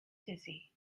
dizzy